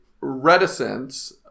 reticence